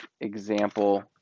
example